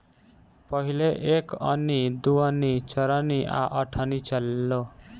पहिले एक अन्नी, दू अन्नी, चरनी आ अठनी चलो